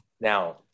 Now